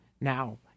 Now